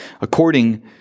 according